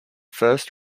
first